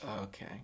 Okay